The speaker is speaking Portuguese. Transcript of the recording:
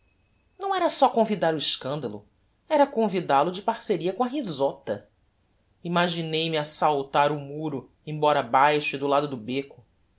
não era só convidar o escandalo era convidal o de parceria com a risota imaginei me a saltar o muro embora baixo e do lado do becco